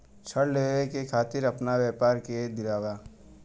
ऋण लेवे के खातिर अपना व्यापार के दिखावा?